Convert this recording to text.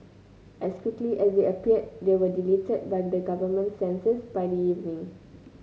as quickly as they appeared they were deleted by the government censors by the evening